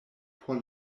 por